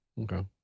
Okay